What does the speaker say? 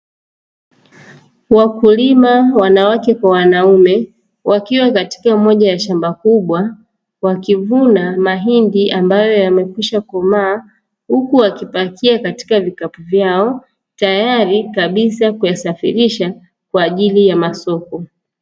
Wakulima wanawake kwa wanaume wakiwa katika moja ya shamba kubwa wakivuna mahindi yaliyokomaa. Huku wakipakia Katika vikapu vyao tayari kabisa kwa ajili kuzisafirisha kwa ajili ya masoko.